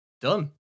done